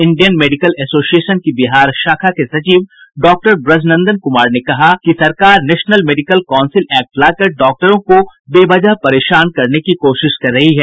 Indian medical association की बिहार शाखा के सचिव डॉक्टर ब्रजनंदन कुमार ने कहा कि सरकार नेशनल मेडिकल काउंसिल एक्ट लाकर डॉक्टरों को बेवजह परेशान करने की कोशिश कर रही है